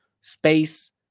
space